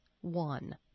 one